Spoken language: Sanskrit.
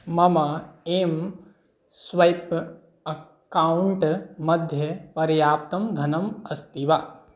मम एम् स्वैप् अक्कौण्ट् मध्ये पर्याप्तं धनम् अस्ति वा